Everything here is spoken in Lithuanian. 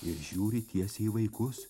ir žiūri tiesiai į vaikus